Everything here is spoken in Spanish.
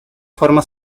forma